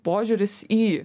požiūris į